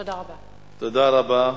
תודה רבה.